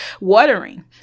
watering